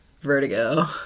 vertigo